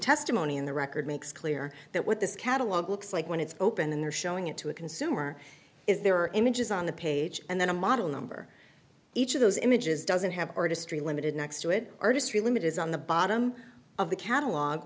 testimony in the record makes clear that what this catalog looks like when it's open and they're showing it to a consumer is there are images on the page and then a model number each of those images doesn't have artistry limited next to it artistry limit is on the bottom of the catalog